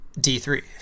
D3